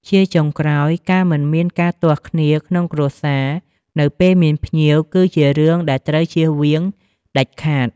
ជាចុងក្រោយ ការមិនមានការទាស់គ្នាក្នុងគ្រួសារ នៅពេលមានភ្ញៀវ គឺជារឿងដែលត្រូវចៀសវាងដាច់ខាត។